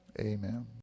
amen